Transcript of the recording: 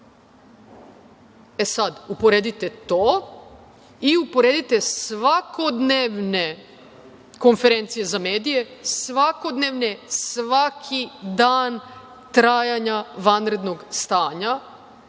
uporedite to i uporedite svakodnevne konferencije za medije, svakodnevne, svaki dan trajanja vanrednog stanja,